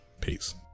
Peace